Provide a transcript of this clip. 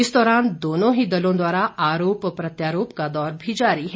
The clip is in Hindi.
इस दौरान दोनों ही दलों द्वारा आरोप प्रत्यारोप का दौर भी जारी है